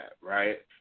right